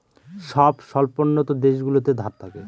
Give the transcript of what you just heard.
সব স্বল্পোন্নত দেশগুলোতে ধার থাকে